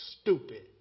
stupid